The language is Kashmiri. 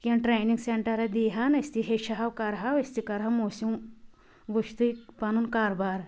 کیٚنٛہہ ٹرٛینِنٛگ سیٚنٹرَا دی ہان أسۍ تہِ ہیٚچھ ہاو کَرہاو أسۍ تہِ کَرہاو موٗسِم وُچھتھٕے پَنُن کاروبارٕ